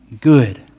good